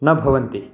न भवन्ति